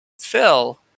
Phil